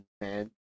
man